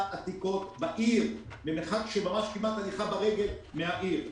עתיקות בעיר במרחק של כמעט הליכה ברגל מהעיר.